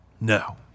No